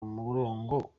umurongo